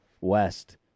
West